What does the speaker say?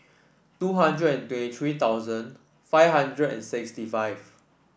two hundred and twenty three thousand five hundred and sixty five